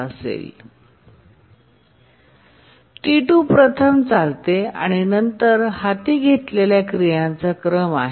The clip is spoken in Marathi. T2 प्रथम चालते आणि नंतर हाती घेतलेल्या क्रियांचा क्रम आहे